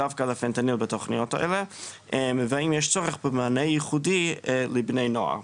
דווקא לפנטניל בתוכניות האלה והאם יש צורך במענה ייחודי לבני נוער.